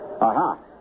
Aha